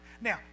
Now